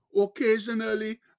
occasionally